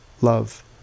love